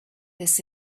this